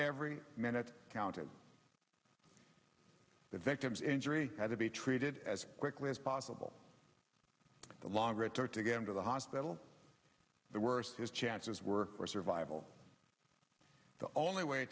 every minute counted the victim's injury had to be treated as quickly as possible the longer it took to get him to the hospital the worse his chances were for survival the only way